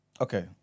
Okay